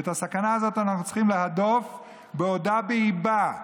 ואת הסכנה הזאת אנחנו צריכים להדוף בעודה באיבה.